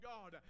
God